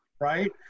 right